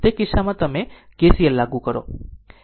તેથી તે કિસ્સામાં જો તમે લખો KCL લાગુ કરો